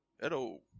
Hello